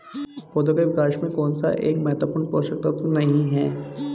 पौधों के विकास में कौन सा एक महत्वपूर्ण पोषक तत्व नहीं है?